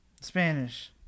spanish